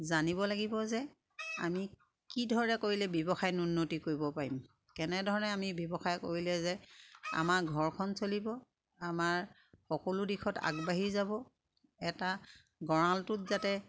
জানিব লাগিব যে আমি কি ধৰণে কৰিলে ব্যৱসায়ত উন্নতি কৰিব পাৰিম কেনেধৰণে আমি ব্যৱসায় কৰিলে যে আমাৰ ঘৰখন চলিব আমাৰ সকলো দিশত আগবাঢ়ি যাব এটা গঁৰালটোত যাতে